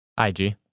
IG